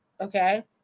Okay